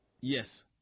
Yes